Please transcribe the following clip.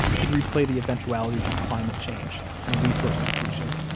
he'd replay the eventualities of climate change, and resource depletion,